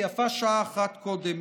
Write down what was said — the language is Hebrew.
ויפה שעה אחת קודם.